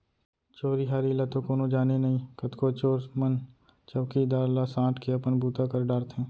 चोरी हारी ल तो कोनो जाने नई, कतको चोर मन चउकीदार ला सांट के अपन बूता कर डारथें